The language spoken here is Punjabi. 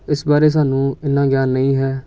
ਇਸ ਬਾਰੇ ਸਾਨੂੰ ਇੰਨਾ ਗਿਆਨ ਨਹੀਂ ਹੈ